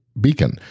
Beacon